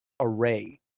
array